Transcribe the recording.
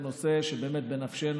בעקבות הצעה של חבר הכנסת ג'בארין.